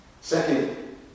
Second